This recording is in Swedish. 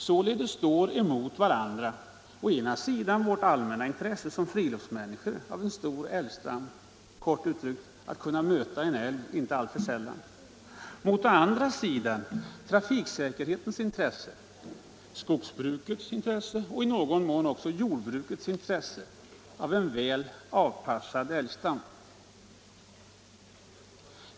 Således står emot varandra å ena sidan vårt allmänna intresse som friluftsmänniskor av en stor älgstam — kort uttryckt: att kunna möta en älg inte alltför sällan — mot å andra sidan trafiksäkerhetens intresse samt skogsbrukets och i någon mån också jord brukets intresse av en väl avpassad älgstam.